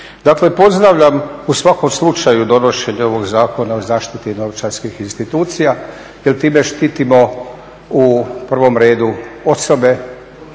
Dakle, pozdravljam u svakom slučaju donošenje ovog Zakona o zaštiti novčarskih institucija jer time štitimo u prvom redu osobe,